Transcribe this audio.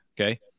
Okay